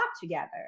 together